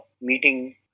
meeting